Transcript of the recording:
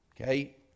Okay